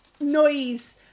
noise